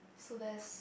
so that's